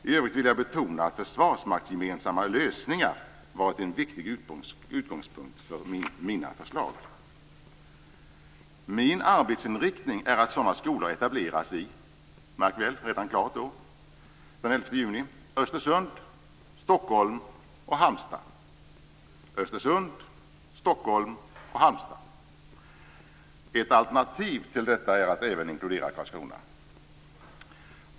I övrigt vill jag betona att försvarsmaktsgemensamma lösningar varit en viktig utgångspunkt för mina förslag. Min arbetsinriktning är att sådana skolor etableras i Östersund, Stockholm och Halmstad." Märk väl: Det är redan klart då, den 11 juni! "Ett alternativ till detta är att även inkludera Karlskrona.